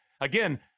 again